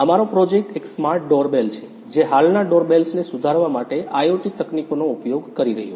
અમારો પ્રોજેક્ટ એક smart doorbell છે જે હાલના ડોર બેલ્સને સુધારવા માટે IoT તકનીકોનો ઉપયોગ કરી રહ્યો છે